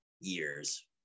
years